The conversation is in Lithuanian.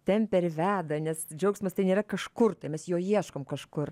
tempia ir veda nes džiaugsmas tai nėra kažkur tai mes jo ieškom kažkur